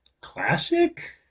classic